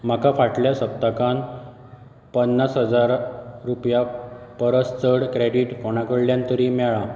म्हाका फाटल्या सप्तकान पन्नास हजारा रुपया परस चड क्रॅडीट कोणा कडल्यान तरी मेळ्ळां